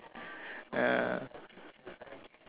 ya